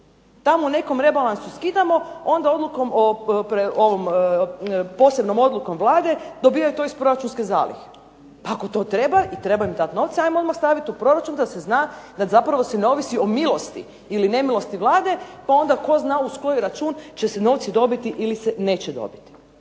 Tamo u nekom rebalansu skidamo onda posebnom odlukom Vlade dobijaju to iz proračunske zalihe. Pa ako to treba i treba im dati novce, ajmo odmah staviti u proračun da se zna da se zapravo ne ovisi o milosti ili nemilosti Vlade pa onda tko zna uz koji račun će se novci dobiti ili se neće dobiti.